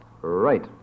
Right